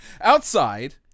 outside